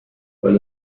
weil